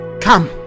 come